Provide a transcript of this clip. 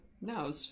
no